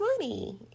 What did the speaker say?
money